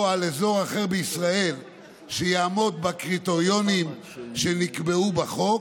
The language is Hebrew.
או על אזור אחר בישראל שיעמוד בקריטריונים שנקבעו בחוק,